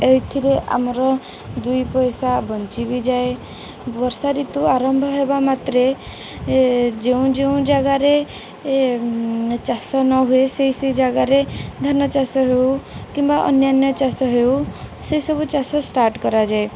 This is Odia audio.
ଏଇଥିରେ ଆମର ଦୁଇ ପଇସା ବଞ୍ଚି ବିି ଯାଏ ବର୍ଷା ଋତୁ ଆରମ୍ଭ ହେବା ମାତ୍ରେ ଯେଉଁ ଯେଉଁ ଜାଗାରେ ଚାଷ ନ ହୁଏ ସେହି ସେହି ଜାଗାରେ ଧାନ ଚାଷ ହେଉ କିମ୍ବା ଅନ୍ୟାନ୍ୟ ଚାଷ ହେଉ ସେସବୁ ଚାଷ ଷ୍ଟାର୍ଟ କରାଯାଏ